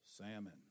Salmon